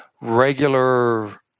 regular